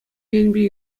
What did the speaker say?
енӗпе